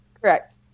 Correct